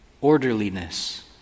orderliness